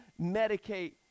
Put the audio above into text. medicate